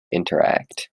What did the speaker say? interact